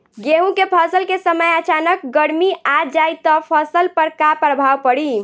गेहुँ के फसल के समय अचानक गर्मी आ जाई त फसल पर का प्रभाव पड़ी?